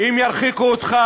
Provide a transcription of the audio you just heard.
אם ירחיקו אותך,